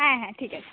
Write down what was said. হ্যাঁ হ্যাঁ ঠিক আছে